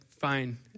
fine